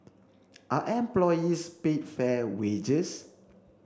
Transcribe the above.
are employees paid fair wages